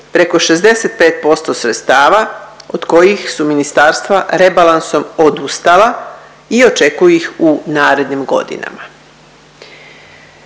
preko 65% sredstava od kojih su ministarstva rebalansom odustala i očekuju ih u narednim godinama.